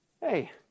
Hey